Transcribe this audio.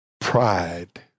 pride